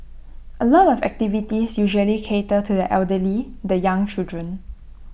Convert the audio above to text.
A lot of activities usually cater to the elderly the young children